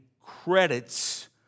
credits